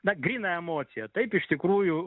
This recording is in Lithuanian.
na gryna emocija taip iš tikrųjų